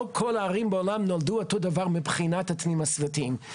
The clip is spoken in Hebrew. לא כל הערים בעולם נולדו אותו דבר מבחינת התנאים הסביבתיים.